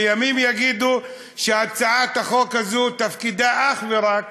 וימים יגידו שהצעת החוק הזו תפקידה אך ורק